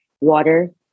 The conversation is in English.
water